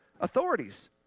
authorities